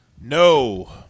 No